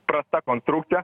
prasta konstrukcija